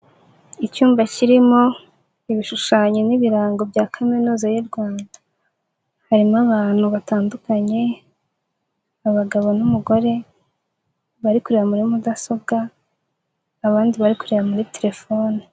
Icyumba kirimo ibishushanyo n'ibirango bya kaminuza y'u Rwanda. Harimo abantu batandukanye; abagabo n'umugore bari kureba muri mudasobwa, abandi bari kureba muri telefoni.